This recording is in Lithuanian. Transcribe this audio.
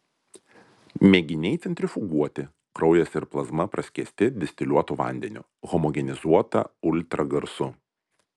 mėginiai centrifuguoti kraujas ir plazma praskiesti distiliuotu vandeniu homogenizuota ultragarsu